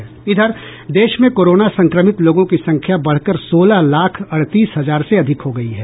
देश में कोरोना संक्रमित लोगों की संख्या बढ़कर सोलह लाख अड़तीस हजार से अधिक हो गयी है